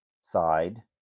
side